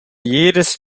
jedes